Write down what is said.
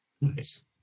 Nice